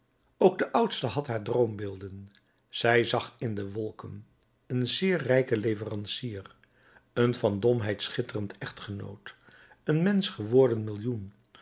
ook de oudste had haar droombeelden zij zag in de wolken een zeer rijken leverancier een van domheid schitterend echtgenoot een mensch geworden millioen